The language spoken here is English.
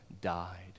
died